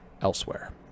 elsewhere